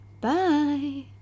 Bye